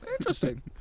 interesting